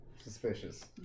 suspicious